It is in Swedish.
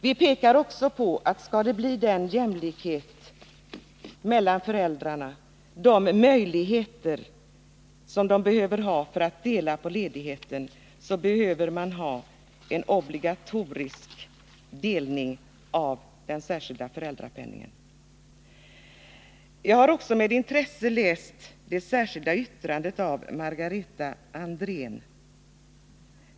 Vi framhåller också att skall det bli jämlikhet mellan föräldrarna — möjligheter att dela på ledigheten — så behövs en obligatorisk delning av den särskilda föräldrapenningen. Jag har med intresse läst det särskilda yttrandet av Margareta Andrén.